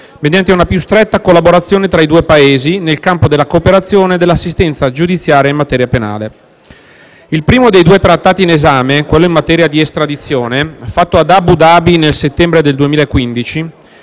mediante una più stretta collaborazione tra i due Paesi nel campo della cooperazione e dell'assistenza giudiziaria in materia penale. Il primo dei due Trattati in esame, quello in materia di estradizione, fatto ad Abu Dhabi nel settembre 2015,